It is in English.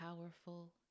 powerful